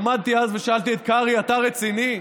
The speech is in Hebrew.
עמדתי אז ושאלתי את קרעי: אתה רציני?